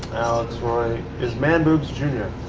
alex roy is man-boobs, jr.